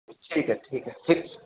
ٹھیک ہے ٹھیک ہے ٹھیک